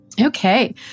okay